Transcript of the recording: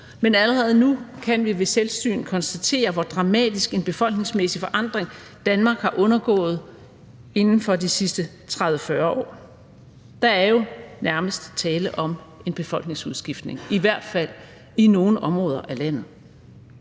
men allerede nu kan vi ved selvsyn konstatere, hvor dramatisk en befolkningsmæssig forandring Danmark har undergået inden for de seneste 30-40 år. Der er jo nærmest tale om en befolkningsudskiftning, i hvert fald i nogle områder af landet.